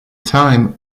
time